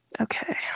Okay